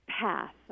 path